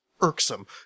irksome